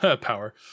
Power